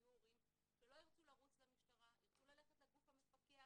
יהיה הורים שלא ירצו לרוץ למשטרה אלא ללכת לגוף המפקח